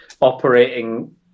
operating